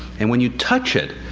and when you touch it,